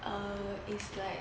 err is like